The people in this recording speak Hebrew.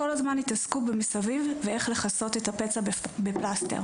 כל הזמן התעסקו במסביב ואיך לכסות את הפצע בפלסטר.